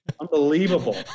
Unbelievable